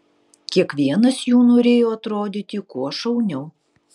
kiekvienas jų norėjo atrodyti kuo šauniau